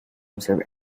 observe